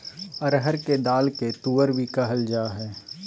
अरहर के दाल के तुअर भी कहल जाय हइ